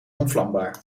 ontvlambaar